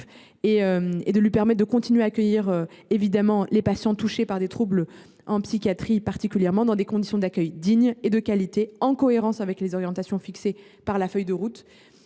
est de lui permettre de continuer à accueillir nos concitoyens touchés par des troubles psychiatriques dans des conditions d’accueil dignes et de qualité, en cohérence avec les orientations fixées par la feuille de route